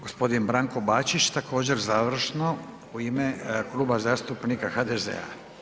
Gospodin Branko Bačić također završno u ime Kluba zastupnika HDZ-a.